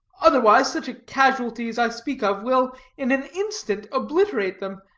otherwise such a casualty as i speak of will in an instant obliterate them,